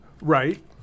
Right